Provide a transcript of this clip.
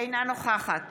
אינה נוכחת